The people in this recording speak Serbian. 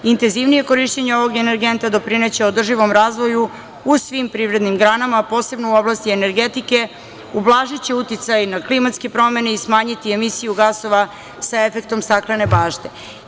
Intenzivnije korišćenje ovog energenta doprineće održivom razvoju u svim privrednim granama, a posebno u oblasti energetike, ublažiće uticaj na klimatske promene i smanjiti emisiju gasova sa efektom staklene bašte.